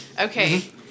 Okay